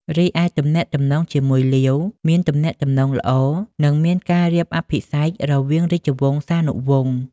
រីឯទំនាក់ទំនងជាមួយលាវ មានទំនាក់ទំនងល្អ និងមានការរៀបអភិសេករវាងរាជវង្សានុវង្ស។